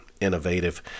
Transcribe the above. innovative